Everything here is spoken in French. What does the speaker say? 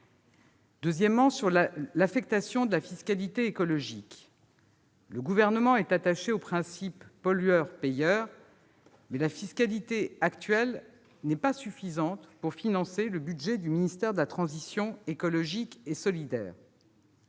deuxièmement, de l'affectation de la fiscalité écologique, le Gouvernement est attaché au principe pollueur-payeur, mais la fiscalité actuelle n'est pas suffisante pour financer le budget du ministère de la transition écologique et solidaire.